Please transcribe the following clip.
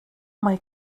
mae